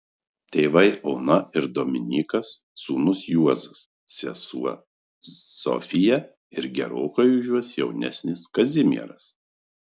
tėvai ona ir dominykas sūnus juozas sesuo sofija ir gerokai už juos jaunesnis kazimieras